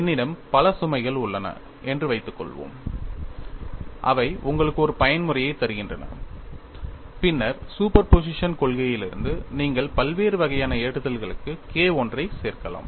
என்னிடம் பல சுமைகள் உள்ளன என்று வைத்துக்கொள்வோம் அவை உங்களுக்கு ஒரு பயன்முறையை தருகின்றன பின்னர் சூப்பர் போசிஷன் கொள்கையிலிருந்து நீங்கள் பல்வேறு வகையான ஏற்றுதல்களுக்கு K I ஐ சேர்க்கலாம்